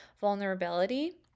vulnerability